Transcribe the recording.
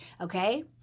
Okay